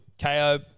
KO